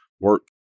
work